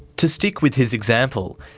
to stick with his example,